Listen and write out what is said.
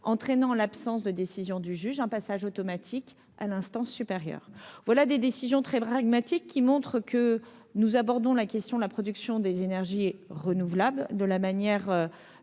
entraînant l'absence de décision du juge un passage automatique à l'instance supérieure, voilà des décisions très pragmatiques qui montre que nous abordons la question de la production des énergies renouvelables, de la manière